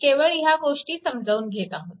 आपण केवळ ह्या गोष्टी समजावून घेत आहोत